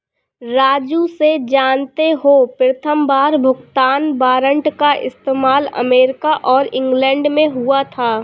राजू से जानते हो प्रथमबार भुगतान वारंट का इस्तेमाल अमेरिका और इंग्लैंड में हुआ था